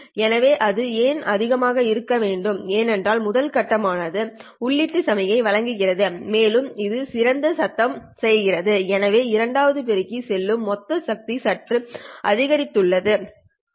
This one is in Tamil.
எனவே அது ஏன் அதிகமாக இருக்க வேண்டும் ஏனென்றால் முதல் கட்டம் ஆனது உள்ளீட்டு சமிக்ஞை வழங்குகிறது மேலும் இது சிறிது சத்தம் சேர்க்கிறது எனவே இரண்டாவது பெருக்கி செல்லும் மொத்த சக்தி சற்று அதிகரித்துள்ளது இல்லையா